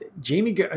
Jamie